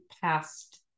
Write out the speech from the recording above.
past